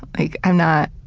like i'm not,